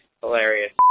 Hilarious